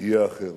יהיה אחר.